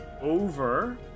over